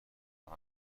نود